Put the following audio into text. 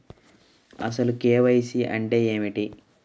అసలు కే.వై.సి అంటే ఏమిటి?